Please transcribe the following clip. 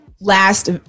last